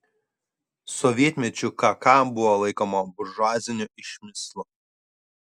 sovietmečiu kk buvo laikoma buržuaziniu išmislu